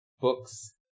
books